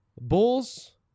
Bulls